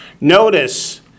Notice